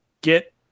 get